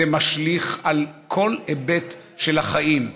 זה משליך על כל היבט של החיים.